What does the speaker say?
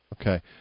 Okay